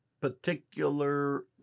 particular